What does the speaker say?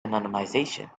anonymisation